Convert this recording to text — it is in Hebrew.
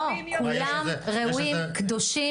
לא, כולם קדושים וטהורים.